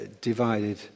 divided